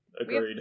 Agreed